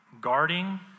guarding